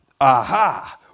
Aha